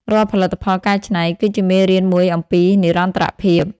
រាល់ផលិតផលកែច្នៃ គឺជាមេរៀនមួយអំពីនិរន្តរភាព។